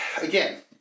again